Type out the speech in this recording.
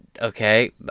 Okay